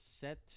set